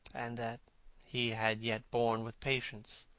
and that he had yet borne with patience.